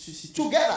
Together